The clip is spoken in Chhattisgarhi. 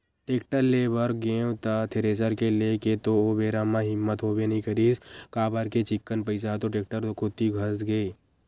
टेक्टर ले बर गेंव त थेरेसर के लेय के तो ओ बेरा म हिम्मत होबे नइ करिस काबर के चिक्कन पइसा ह तो टेक्टर कोती धसगे